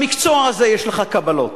במקצוע הזה יש לך קבלות,